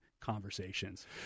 conversations